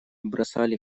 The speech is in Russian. бросали